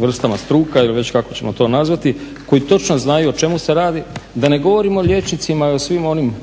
vrstama struka ili već kako ćemo to nazvati koji točno znaju o čemu se radi da ne govorim o liječnicima i o svim onim